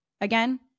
again